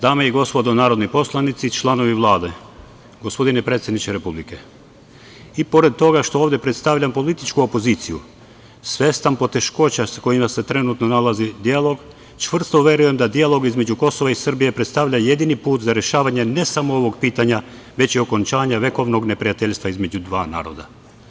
Dame i gospodo narodni poslanici, članovi Vlade, gospodine predsedniče Republike, i pored toga što ovde predstavljam političku opoziciju, svestan poteškoća sa kojima se trenutno nalazi dijalog, čvrsto verujem da dijalog između Kosova i Srbije predstavlja jedini put za rešavanje ne samo ovog pitanja, već i okončanja vekovnog neprijateljstva između dva naroda.